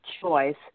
choice